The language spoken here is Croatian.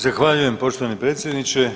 Zahvaljujem poštovani predsjedniče.